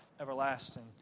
everlasting